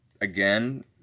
again